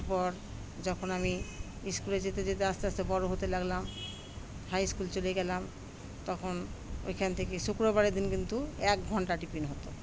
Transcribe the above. তারপর যখন আমি স্কুলে যেতে যেতে আস্তে আস্তে বড়ো হতে লাগলাম হাই স্কুল চলে গেলাম তখন ওইখান থেকে শুক্রবারের দিন কিন্তু এক ঘণ্টা টিফিন হতো